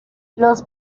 los